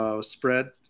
spread